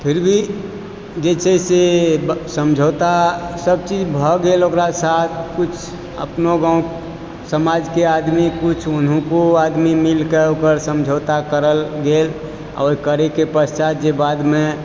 फिर भी जे छै से समझौता सभ चीज भऽ गेल ओकरा साथ कुछ अपनो गाँव समाजके आदमी कुछ ओन्हुको आदमी मिलके ओकर समझौता करल गेल आओर करयके पश्चात जे बादमे